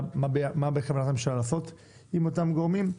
בכוונת הממשלה לעשות עם אותם גורמים.